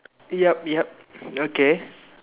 yup yup okay